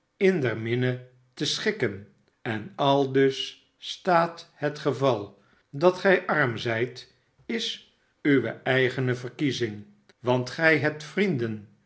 in der minne te sehikken en aldus staat het geval dat gij arm zijt isuwe eigene verkiezing want gij hebt vrienden